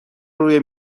روی